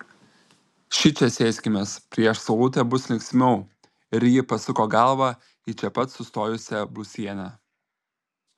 šičia sėskimės prieš saulutę bus linksmiau ir ji pasuko galvą į čia pat sustojusią blusienę